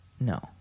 No